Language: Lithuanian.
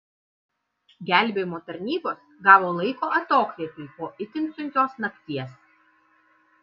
gelbėjimo tarnybos gavo laiko atokvėpiui po itin sunkios nakties